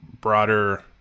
broader